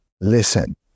Listen